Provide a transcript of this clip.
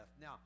Now